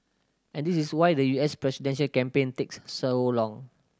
and this is why the U S presidential campaign takes so long